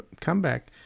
comeback